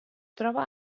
troba